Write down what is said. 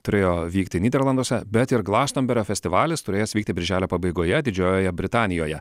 turėjo vykti nyderlanduose bet ir glastonberio festivalis turėjęs vykti birželio pabaigoje didžiojoje britanijoje